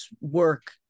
work